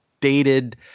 dated